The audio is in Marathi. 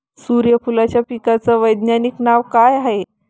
सुर्यफूलाच्या पिकाचं वैज्ञानिक नाव काय हाये?